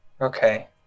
Okay